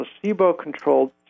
placebo-controlled